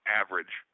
average